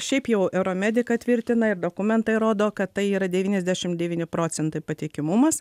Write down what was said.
šiaip jau euromedika tvirtina ir dokumentai rodo kad tai yra devyniasdešim devyni procentai patikimumas